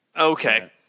Okay